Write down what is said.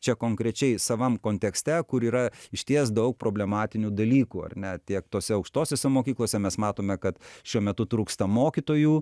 čia konkrečiai savam kontekste kur yra išties daug problematinių dalykų ar ne tiek tose aukštosiose mokyklose mes matome kad šiuo metu trūksta mokytojų